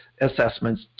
assessments